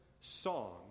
song